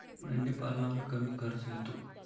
मेंढीपालनावर कमी खर्च येतो